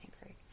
angry